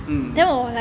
mm